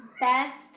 Best